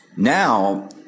Now